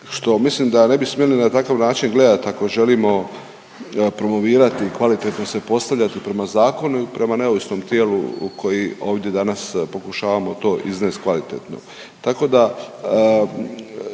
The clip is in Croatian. što mislim da ne bi smjeli na takav način gledat ako želimo promovirati i kvalitetno se postavljati prema zakonu i prema neovisnom tijelu koji ovdje danas pokušavamo to iznest kvalitetno.